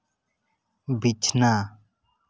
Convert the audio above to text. ᱵᱤᱪᱷᱱᱟ